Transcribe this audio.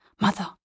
Mother